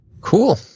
cool